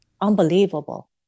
unbelievable